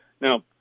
Now